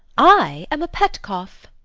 i am a petkoff.